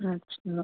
अच्छा